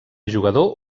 jugador